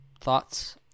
thoughts